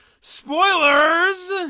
spoilers